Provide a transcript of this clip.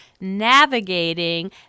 navigating